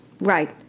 Right